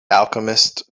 alchemist